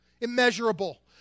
immeasurable